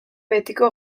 betiko